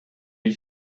lui